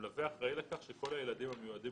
המלווה אחראי לכך שכל הילדים המיועדים